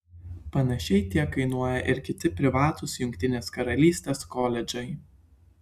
panašiai tiek kainuoja ir kiti privatūs jungtinės karalystės koledžai